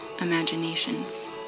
imaginations